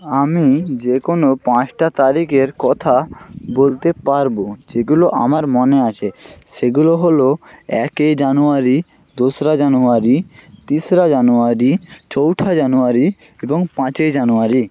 আমি যে কোনো পাঁচটা তারিখের কথা বলতে পারবো যেগুলো আমার মনে আছে সেগুলো হলো একই জানুয়ারি দোসরা জানুয়ারি তিসরা জানুয়ারি চৌঠা জানুয়ারি এবং পাঁচই জানুয়ারি